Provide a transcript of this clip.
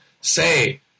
say